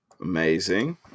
Amazing